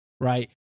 Right